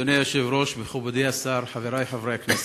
אדוני היושב-ראש, מכובדי השר, חברי חברי הכנסת,